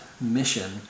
mission